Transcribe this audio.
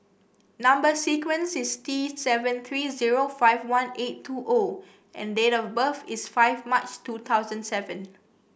number sequence is T seven three zero five one eight two O and date of birth is five March two thousand seven